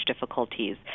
difficulties